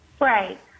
Right